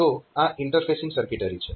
તો આ interfacing circuitry છે